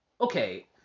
okay